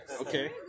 okay